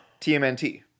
TMNT